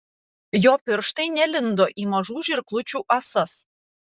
jo pirštai nelindo į mažų žirklučių ąsas